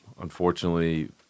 unfortunately